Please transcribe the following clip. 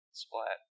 splat